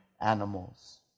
animals